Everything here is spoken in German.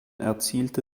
erzielte